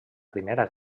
primera